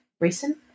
recent